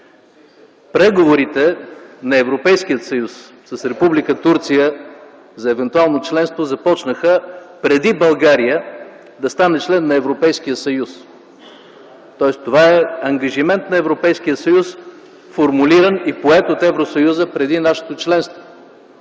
Преговорите на Европейския съюз с Република Турция за евентуално членство започнаха преди България да стане член на Европейския съюз, тоест това е ангажимент на Европейския съюз, формулиран и поет от Евросъюза преди нашето членство,